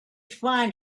find